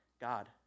God